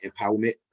empowerment